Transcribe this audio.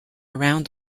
around